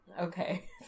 okay